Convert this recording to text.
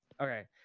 Okay